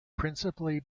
principally